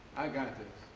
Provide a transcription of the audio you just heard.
i got this.